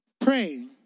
Praying